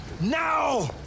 now